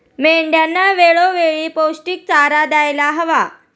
मेंढ्यांना वेळोवेळी पौष्टिक चारा द्यायला हवा